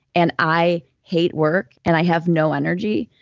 and i hate work, and i have no energy.